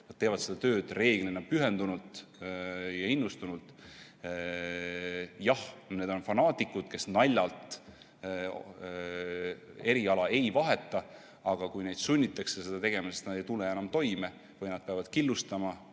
teevad seda tööd reeglina pühendunult ja innustunult, jah, need on fanaatikud, kes naljalt eriala ei vaheta. Aga kui neid sunnitakse seda tegema, sest nad ei tule enam toime või nad peavad killustama